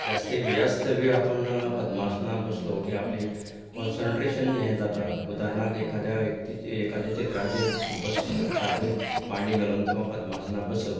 जास्तीत जास्त वेळ आपूण पद्मासनांत बसलो की आपले कोंन्सन्ट्रेशन हें जाता उदारणांत एखाद्या व्यक्तीची एकाद्या चित्रांची सादे मांडी घालून किंवां पद्मासनांत बसप